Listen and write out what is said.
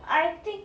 I think